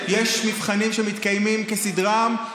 יש מבחנים שמתקיימים כסדרם,